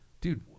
Dude